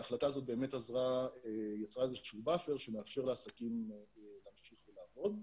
וההחלטה הזאת באמת יצרה איזה שהוא "באפר" שמאפשר לעסקים להמשיך ולעבוד.